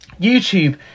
YouTube